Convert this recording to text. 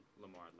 Lamar